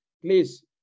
Please